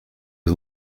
was